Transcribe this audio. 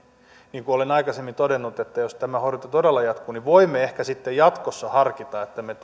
niin kuin olen aikaisemmin todennut jos tämä horjunta todella jatkuu niin voimme ehkä sitten jatkossa harkita että me